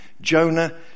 Jonah